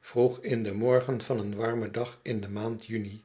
vroeg in den morgen van een warmen dag in de maand juni